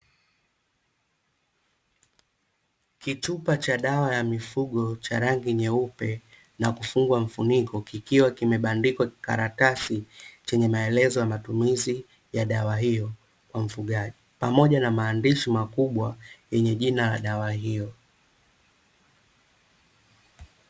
Kichupa cha dawa ya mifugo cha rangi nyeupe na kufungwa mfuniko, kikiwa kimebandikwa kikaratasi chenye maelezo ya matumizi ya dawa hiyo kwa mfugaji, pamoja na maandishi makubwa yenye jina la dawa hiyo.